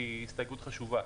כי זאת הסתייגות חשובה.